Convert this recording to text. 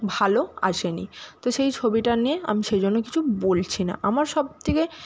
ভালো আসেনি তো সেই ছবিটা নিয়ে আমি সেই জন্য কিছু বলছি না আমার সবথেকে